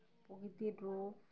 প্রকৃতির রূপ